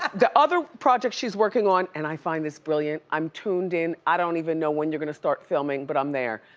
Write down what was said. the other project she's working on, and i find this brilliant, i'm tuned in, i don't even know when you're gonna start filming but i'm there.